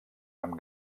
amb